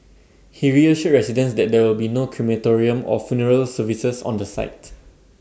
he reassured residents that there will be no crematorium or funeral services on the site